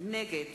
נגד